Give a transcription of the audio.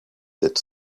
that